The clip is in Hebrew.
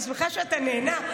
אני שמחה שאתה נהנה,